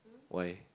why